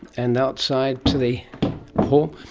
and outside to the hall.